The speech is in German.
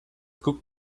guck